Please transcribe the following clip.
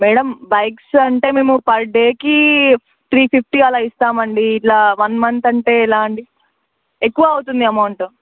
madam bikes అంటే మేము per డేకి త్రీ ఫిఫ్టీ అలా ఇస్తాం అండి ఇట్లా వన్ మంత్ అంటే ఎలా అండి ఎక్కువ అవుతుంది అమౌంటు